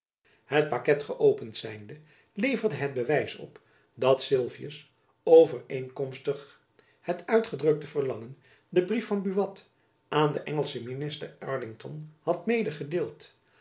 het paket geöpend zijnde leverde het bewijs op dat sylvius overeenkomstig het uitgedrukte verlangen den brief van buat aan den engelschen minister arlington had